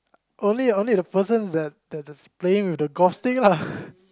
only only the person that that's playing with the golf stay lah